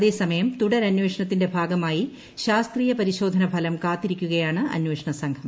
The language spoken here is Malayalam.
അതേസമയം തുടരന്വേഷണത്തിന്റെ ഭാഗമായി ശാസ്ത്രീയ പരിശോധന ഫലം കാത്തിരിക്കുകയാണ് അന്വേഷണ സംഘം